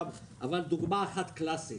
אבל אני אתן דוגמה אחת קלאסית.